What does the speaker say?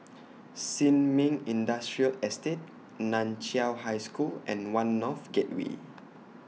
Sin Ming Industrial Estate NAN Chiau High School and one North Gateway